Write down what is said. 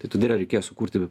tai todėl reikėjo sukurti